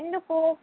ఎందుకు